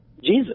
Jesus